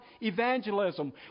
evangelism